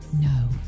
no